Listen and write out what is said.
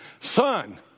Son